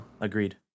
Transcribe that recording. agreed